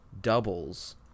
doubles